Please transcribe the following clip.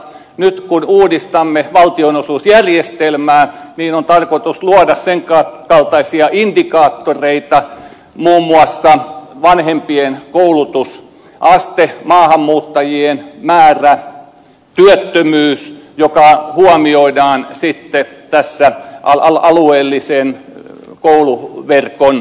nyt kun uudistamme valtionosuusjärjestelmää on tarkoitus luoda indikaattoreita kuten muun muassa vanhempien koulutusaste maahanmuuttajien määrä työttömyys joka huomioidaan alueellisen kouluverkon rahoituksessa